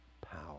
power